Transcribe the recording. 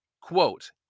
quote